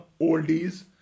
oldies